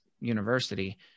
university